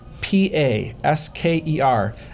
p-a-s-k-e-r